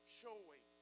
showing